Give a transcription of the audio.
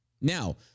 Now